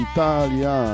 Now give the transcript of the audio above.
Italia